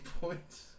points